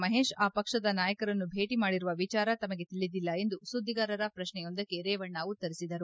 ಮಹೇಶ್ ಆ ಪಕ್ಷದ ನಾಯಕರನ್ನು ಭೇಟಿ ಮಾಡಿರುವ ವಿಚಾರ ತಮಗೆ ತಿಳಿದಿಲ್ಲ ಎಂದು ಸುದ್ದಿಗಾರರ ಪ್ರಶ್ನೆಯೊಂದಕ್ಕೆ ರೇವಣ್ಣ ಉತ್ತರಿಸಿದರು